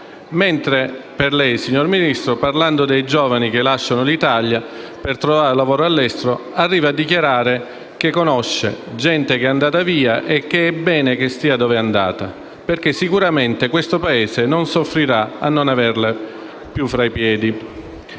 mentre lei, signor Ministro, parlando dei giovani che lasciano l'Italia per trovare lavoro all'estero, arriva a dichiarare che conosce «gente che è andata via e che è bene che stia dove è andata, perché sicuramente questo Paese non soffrirà a non averli più fra i piedi».